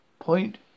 Point